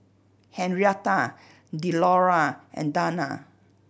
Henrietta Delora and Dana